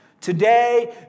Today